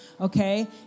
Okay